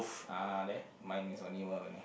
ah there mine is only one only